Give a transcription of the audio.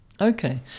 okay